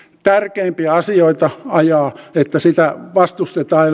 n tärkeimpiä asioita ajaa eikä sitä vastustetaan